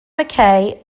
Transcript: mackay